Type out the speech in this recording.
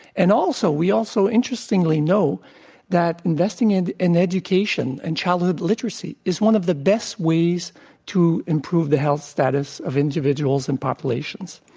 and also we also interestingly know that investing in in education and childhood literacy is one of the best ways to improve the health status of individ uals and populations.